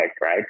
right